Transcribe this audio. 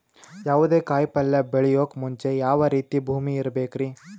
ಯಾವುದೇ ಕಾಯಿ ಪಲ್ಯ ಬೆಳೆಯೋಕ್ ಮುಂಚೆ ಯಾವ ರೀತಿ ಭೂಮಿ ಇರಬೇಕ್ರಿ?